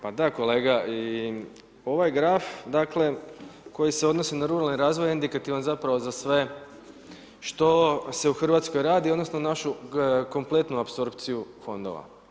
Pa da kolega, i da ovaj graf, dakle, koji se odnosi na ruralni razvoj je indikativan zapravo za sve što se u Hrvatskoj radi, odnosno našu kompletnu apsorpciju fondova.